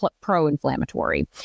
pro-inflammatory